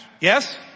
yes